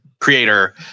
creator